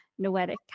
noetic